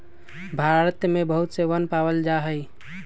भारत में बहुत से वन पावल जा हई